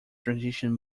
transition